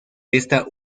esta